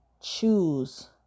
choose